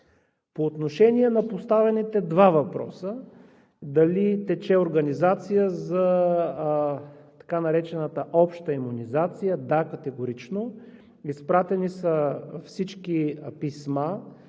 По отношение на поставените два въпроса – дали тече организация за така наречената обща имунизация? Да, категорично. Изпратени са всички писма